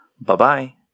Bye-bye